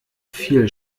viel